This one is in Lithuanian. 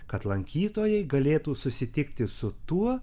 kad lankytojai galėtų susitikti su tuo